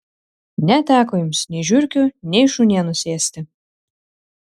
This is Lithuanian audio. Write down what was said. neteko jums nei žiurkių nei šunienos ėsti